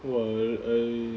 !wah! I I